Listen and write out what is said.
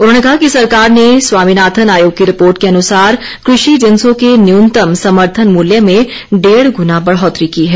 उन्होंने कहा कि सरकार ने स्वामीनाथन आयोग कि रिपोर्ट के अनुसार कृषि जिन्सों के न्यूनतम समर्थन मूल्या में डेढ गुना बढ़ौतरी की है